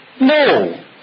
No